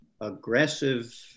aggressive